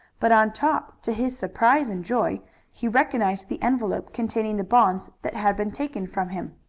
but on top to his surprise and joy he recognized the envelope containing the bonds that had been taken from him.